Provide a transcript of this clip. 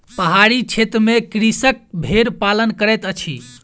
पहाड़ी क्षेत्र में कृषक भेड़ पालन करैत अछि